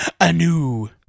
anew